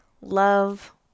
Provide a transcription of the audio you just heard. love